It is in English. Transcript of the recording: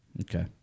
Okay